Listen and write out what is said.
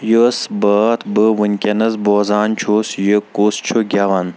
یُس بٲتھ بہٕ وٕنکیٚنَس بوزان چھُس یہِ کُس چھُ گیٚوان ؟